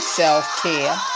self-care